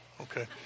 Okay